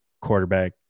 quarterback